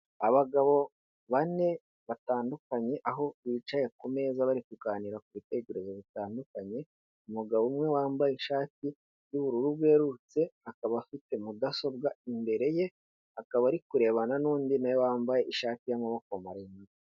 Abagabo bane batandukanye aho bicaye ku meza bari kuganira ku bitekerezo bitandukanye, umugabo umwe wambaye ishati y'ubururu bwerurutse, akaba afite mudasobwa imbere ye, akaba ari kurebana n'undi nawe wambaye ishati y'amaboko maremare.